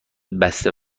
بسته